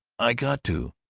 i got to